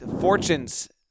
Fortune's